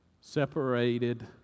separated